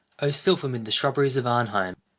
oh, sylph amid the shrubberies of arnheim!